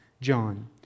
John